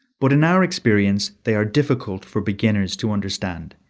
but in our experience they are difficult for beginners to understand,